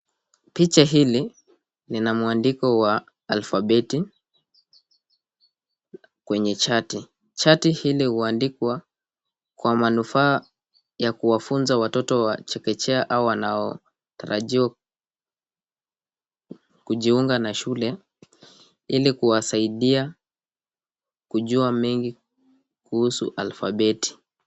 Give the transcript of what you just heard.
Picha hili lina mwandiko wa alphabeti kwenye chati. Chati hili huandikwa kwa manufaa ya kuwafuza watoto wa chekechea au wanaotarajiwa kujiunga na shule ili kuwasaidia kujua mengi kuhusu alphabeti.